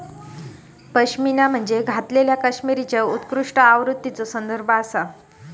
पश्मिना म्हणजे कातलेल्या कश्मीरीच्या उत्कृष्ट आवृत्तीचो संदर्भ आसा